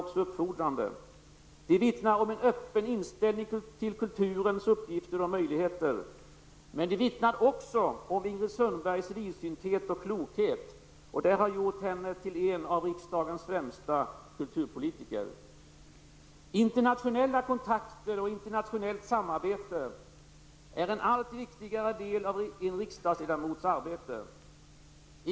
Lennart Pettersson har skapat ett stort nätverk av parlamentariska kontakter ute i Europa. Detta har varit till stor nytta för Sverige, och det betyder mycket för riksdagen, när vi nu står på tröskeln till ett fördjupat europeiskt samarbete.